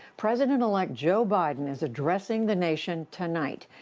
president-elect joe biden is addressing the nation tonight.